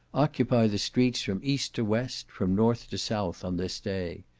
occupy the streets from east to west, from north to south, on this day.